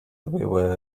everywhere